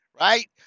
right